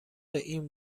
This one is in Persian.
این